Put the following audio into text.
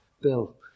Bill